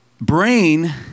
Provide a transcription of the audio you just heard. brain